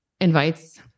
invites